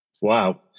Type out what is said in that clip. wow